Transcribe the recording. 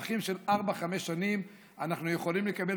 בטווח של ארבע-חמש שנים אנחנו יכולים לקבל